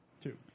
Two